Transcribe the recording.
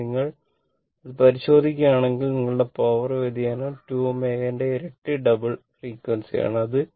അതിനാൽ നിങ്ങൾ അത് പരിശോധിക്കുകയാണെങ്കിൽ നിങ്ങളുടെ പവർ വ്യതിയാനം 2ω ന്റെ ഇരട്ട ഡബിൾ ഫ്രേക്യുഎൻസി ആണ്